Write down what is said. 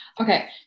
okay